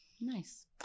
Nice